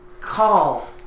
call